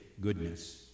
goodness